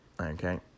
Okay